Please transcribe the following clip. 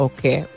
Okay